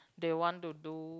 they want to do